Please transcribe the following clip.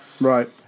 Right